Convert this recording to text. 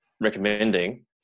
recommending